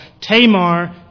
Tamar